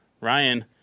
Ryan